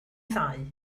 ddau